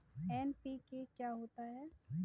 NPK क्या होता है?